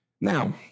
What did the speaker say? Now